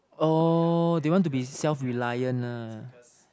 oh they want to be self reliant nah